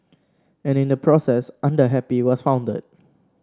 and in the process Under Happy was founded